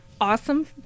Awesome